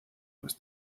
más